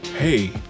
Hey